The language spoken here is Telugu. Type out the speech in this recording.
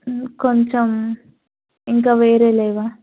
కొంచెం ఇంకా వేరే లేవా